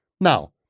now